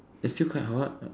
it's still quite hot